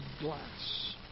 glass